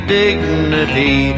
dignity